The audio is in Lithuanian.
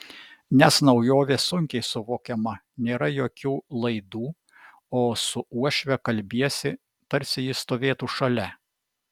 nes naujovė sunkiai suvokiama nėra jokių laidų o su uošve kalbiesi tarsi ji stovėtų šalia